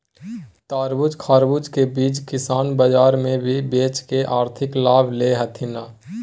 तरबूज, खरबूज के बीज किसान बाजार मे भी बेच के आर्थिक लाभ ले हथीन